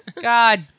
God